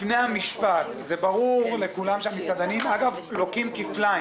לפני המשפט: ברור לכולם שהמסעדנים לוקים כפליים